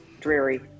dreary